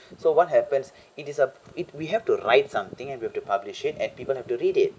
so what happens it is a it we have to write something and we have the publish it and people have to read it